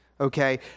Okay